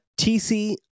tc